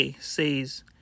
says